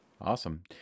Awesome